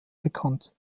bekannt